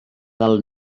del